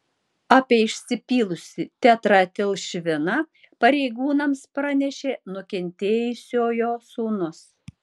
apie išsipylusį tetraetilšviną pareigūnams pranešė nukentėjusiojo sūnus